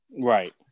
right